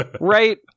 right